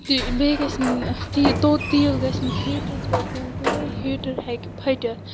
تہٕ بیٚیہِ گژھِ نہٕ توٚت تَیٖل گژھِ نہٕ ہیٖٹرس پیٹھ پٮ۪وٚن کینٛہہ ہیٖٹر ہیکہِ پھٔٹِتھ